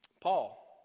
Paul